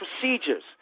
procedures